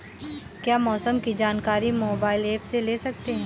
क्या मौसम की जानकारी मोबाइल ऐप से ले सकते हैं?